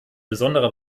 besonderer